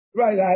right